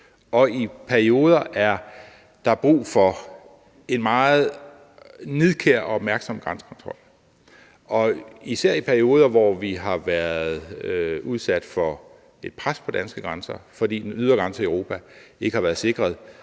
Og i perioder er der brug for en meget nidkær og opmærksom grænsekontrol, især i perioder, hvor vi har været udsat for et pres på de danske grænser, fordi den ydre grænse i Europa ikke har været sikret,